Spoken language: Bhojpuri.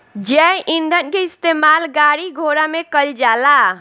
जैव ईंधन के इस्तेमाल गाड़ी घोड़ा में कईल जाला